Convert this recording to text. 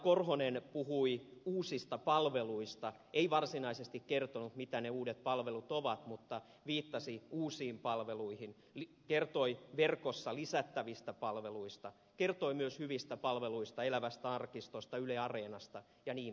korhonen puhui uusista palveluista ei varsinaisesti kertonut mitä ne uudet palvelut ovat mutta viittasi uusiin palveluihin kertoi verkossa lisättävistä palveluista kertoi myös hyvistä palveluista elävästä arkistosta yle areenasta jnp